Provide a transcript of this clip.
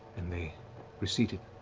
and they receded,